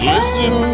Listen